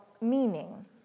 meaning